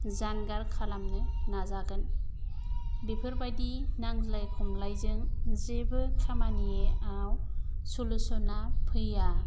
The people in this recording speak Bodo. जानगार खालामनो नाजागोन बेफोरबायदि नांज्लाय खमलायजों जेबो खामानिआव सलिउस'न आ फैया